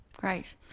Great